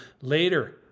later